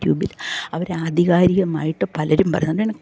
യുട്യൂബിൽ അവർ ആധികാരികമായിട്ട് പലരും പറയുന്നത്